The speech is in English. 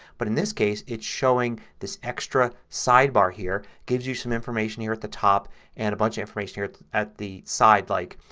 but in this case it's showing this extra sidebar here that gives you some information here at the top and a bunch of information here at the side like,